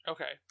Okay